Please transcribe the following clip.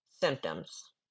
symptoms